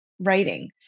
writing